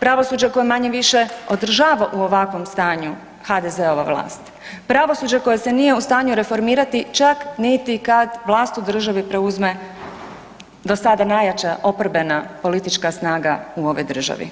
pravosuđe koje manje-više održava u ovakvom stanju HDZ-ova vlast, pravosuđe koje se nije u stanju reformirati čak niti kad vlast u državi preuzme do sada najjača oporbena politička snaga u ovoj državi.